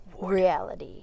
Reality